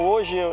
Hoje